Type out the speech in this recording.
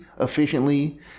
efficiently